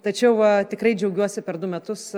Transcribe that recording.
tačiau tikrai džiaugiuosi per du metus